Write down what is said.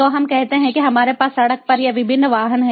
तो हम कहते हैं कि हमारे पास सड़क पर ये विभिन्न वाहन हैं